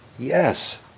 Yes